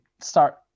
start